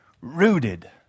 rooted